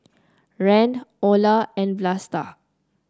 Rand Olar and Vlasta